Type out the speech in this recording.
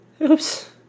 Oops